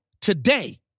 today